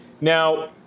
Now